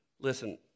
Listen